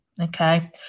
Okay